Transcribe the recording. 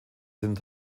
sind